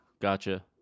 Gotcha